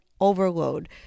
overload